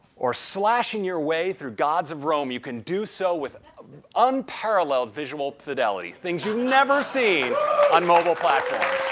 or slashing your way through gods of rome, you can do so with unparalleled visual fidelity, things you never seen on mobile platforms.